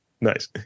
Nice